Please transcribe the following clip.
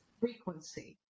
Frequency